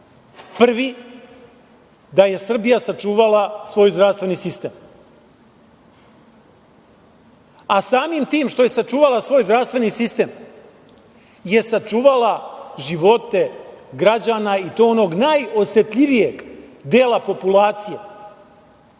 Prvi, da je Srbija sačuvala svoj zdravstveni sistem, a samim tim što je sačuvala svoj zdravstveni sistem je sačuvala živote građana i to onog najosetljivijeg dela populacije